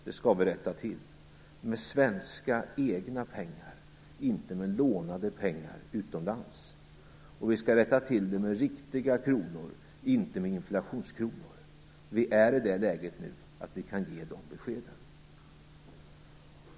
Det skall vi rätta till - med svenska egna pengar, inte med pengar lånade utomlands. Vi skall rätta till det med riktiga kronor, inte med inflationskronor. Vi är nu i det läget att vi kan ge de beskeden.